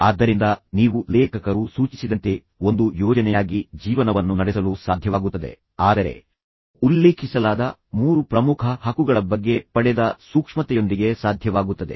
ಆದ್ದರಿಂದ ನೀವು ಲೇಖಕರು ಸೂಚಿಸಿದಂತೆ ಒಂದು ಯೋಜನೆಯಾಗಿ ಜೀವನವನ್ನು ನಡೆಸಲು ಸಾಧ್ಯವಾಗುತ್ತದೆ ಆದರೆ ಉಲ್ಲೇಖಿಸಲಾದ 3 ಪ್ರಮುಖ ಹಕ್ಕುಗಳ ಬಗ್ಗೆ ಪಡೆದ ಸೂಕ್ಷ್ಮತೆಯೊಂದಿಗೆ ಸಾಧ್ಯವಾಗುತ್ತದೆ